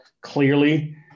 clearly